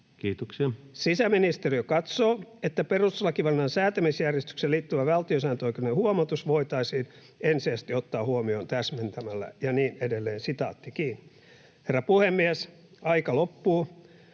Kiitoksia!] Sisäministeriö katsoo, että perustuslakivaliokunnan säätämisjärjestykseen liittyvä valtiosääntöoikeudellinen huomautus voitaisiin ensisijaisesti ottaa huomioon täsmentämällä” ja niin edelleen. Herra puhemies! Aika loppuu,